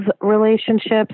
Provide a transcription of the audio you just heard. relationships